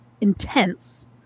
intense